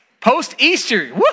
post-Easter